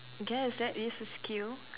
guess that is a skill